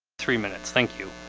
three minutes, thank you.